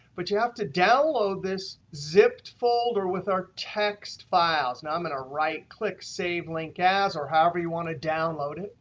but you have to download this zipped folder with our text files. now, i'm going to right click save link as, or however you want to download it.